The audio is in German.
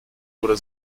oder